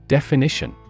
Definition